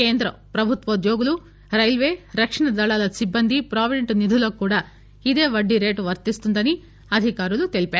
కేంద్ర ప్రభుత్వ ఉద్యోగులు రైల్వే రక్షణ దళాల సిబ్బంది ప్రావిడెంట్ నిధులకు కూడా ఇదే వడ్డీరేటు వర్తిస్తుందని అధికారులు తెలిపారు